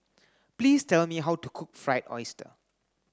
please tell me how to cook fried oyster